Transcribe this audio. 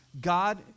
God